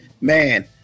man